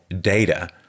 data